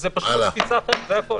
זה פשוט תפיסה אחרת, זה הכול.